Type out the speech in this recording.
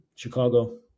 Chicago